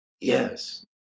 Yes